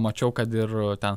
mačiau kad ir ten